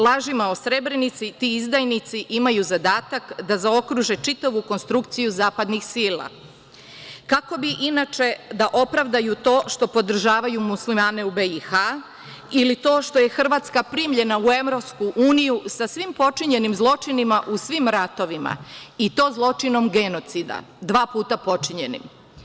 Lažima o Srebrenici ti izdajnici imaju zadatak da zaokruže čitavu konstrukciju zapadnih sila, kako bi inače da opravdaju to što podržavaju Muslimane u BiH, ili to što je Hrvatska primljena u EU sa svim počinjenim zločinima u svim ratovima, i to zločinom genocida, dva puta počinjenim.